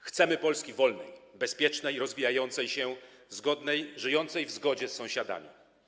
Chcemy Polski wolnej, bezpiecznej i rozwijającej się, zgodnej, żyjącej w zgodzie z sąsiadami.